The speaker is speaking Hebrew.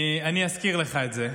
אני אזכיר לך את זה,